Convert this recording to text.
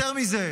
יותר מזה,